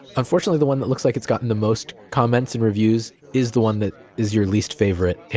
unfortunately the one that looks like it's gotten the most comments and reviews is the one that is your least favorite.